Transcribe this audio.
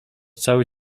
cały